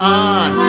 on